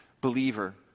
believer